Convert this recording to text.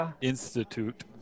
Institute